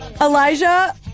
Elijah